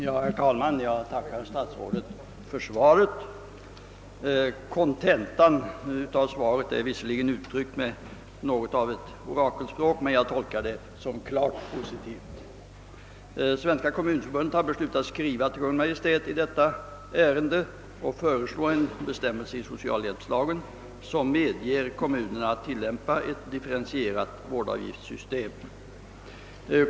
Herr talman! Jag tackar statsrådet för svaret, som visserligen var något orakelmässigt men som jag ändå tolkar som klart positivt. Svenska kommunförbundet har i skrivelse till Kungl. Maj:t i detta ärende föreslagit en bestämmelse i socialhjälpslagen, som medger kommunerna att tillämpa ett differentierat vårdavgiftssystem.